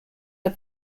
are